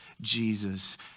Jesus